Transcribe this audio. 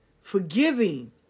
forgiving